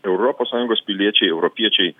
europos sąjungos piliečiai europiečiai